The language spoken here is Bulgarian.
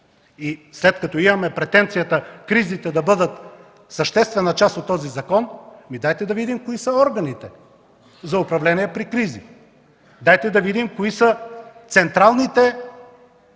След като имаме претенцията кризите да бъдат съществена част от този закон, дайте да видим кои са органите за управление при кризи? Дайте да видим кои са центровете за